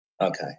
Okay